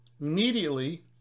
Immediately